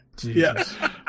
Yes